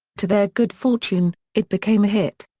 to their good fortune, it became a hit.